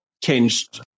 changed